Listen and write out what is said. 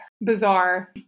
bizarre